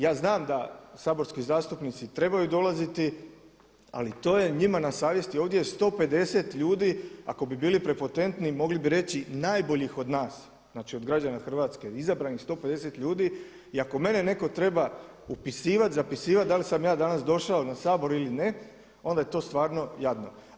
Ja znam da saborski zastupnici trebaju dolaziti ali to je njima na savjesti, ovdje je 150 ljudi, ako bi bili prepotentni mogli bi reći najboljih od nas, znači od građana RH izabranih 150 ljudi i ako mene netko treba upisivati, zapisivati da li sam ja danas došao na Sabor ili ne, onda je to stvarno jadno.